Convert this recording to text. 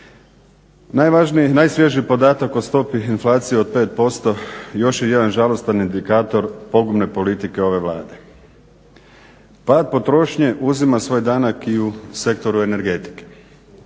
života. Najsvježiji podatak o stopi inflacije od 5% još je jedan žalostan implikator pogubne politike ove Vlade. Pad potrošnje uzima svoj danak i u sektoru energetike.